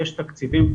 יש תקציבים.